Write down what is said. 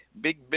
Big